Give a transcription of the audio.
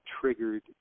triggered